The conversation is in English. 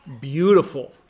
beautiful